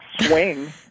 swing